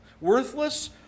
Worthless